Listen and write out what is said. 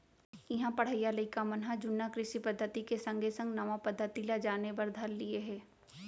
इहां पढ़इया लइका मन ह जुन्ना कृषि पद्धति के संगे संग नवा पद्धति ल जाने बर धर लिये हें